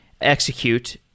execute